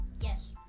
Yes